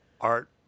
Art